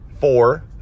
four